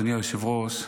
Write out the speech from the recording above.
אדוני היושב-ראש,